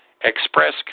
express